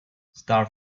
star